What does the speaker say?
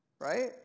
right